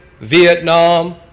Vietnam